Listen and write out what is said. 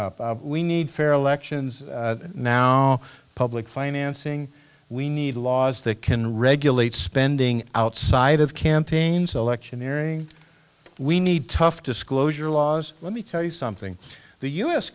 wrapping up we need fair elections now public financing we need laws that can regulate spending outside of campaigns electioneering we need tough disclosure laws let me tell you something the u